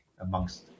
amongst